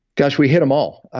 gosh, we hit them all.